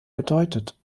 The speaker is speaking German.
bedeutet